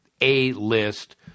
A-list